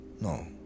No